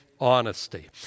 honesty